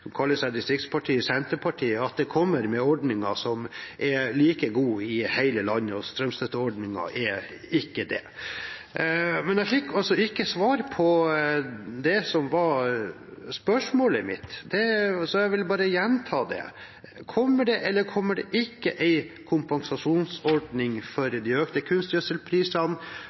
kommer med ordninger som er like gode i hele landet. Strømstøtteordningen er ikke det. Jeg fikk ikke svar på spørsmålet mitt, så jeg vil bare gjenta det: Kommer det eller kommer det ikke en kompensasjonsordning for de økte kunstgjødselprisene